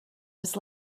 was